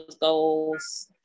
goals